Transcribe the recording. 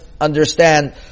understand